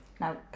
Now